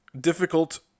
difficult